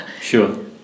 Sure